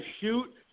shoot